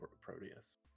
Proteus